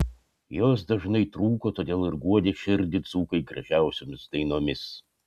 jos dažnai trūko todėl ir guodė širdį dzūkai gražiausiomis dainomis